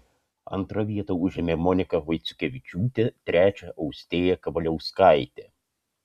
antrą vietą užėmė monika vaiciukevičiūtė trečią austėja kavaliauskaitė